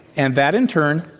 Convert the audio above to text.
and that, in turn,